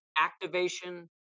activation